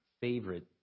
favorite